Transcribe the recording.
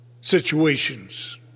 situations